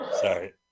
Sorry